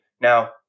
Now